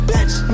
Bitch